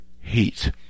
heat